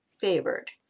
favored